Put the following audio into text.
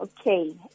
Okay